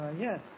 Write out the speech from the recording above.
Yes